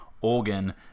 organ